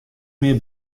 mear